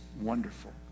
wonderful